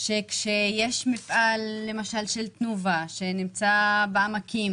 שלמפעל של תנובה שנמצא בעמקים